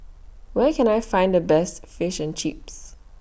Where Can I Find The Best Fish and Chips